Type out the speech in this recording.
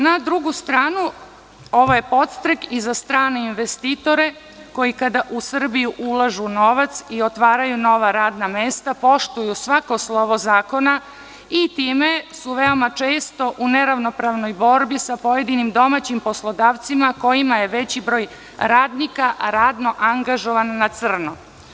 Na drugu stranu, ovo je podstrek i za strane investitore koji kada u Srbiju ulažu novac i otvaraju nova radna mesta poštuju svako slovo zakona i time su veoma često u neravnopravnoj borbi sa pojedinim domaćim poslodavcima kojima je veći broj radnika radno angažovan na crno.